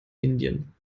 indien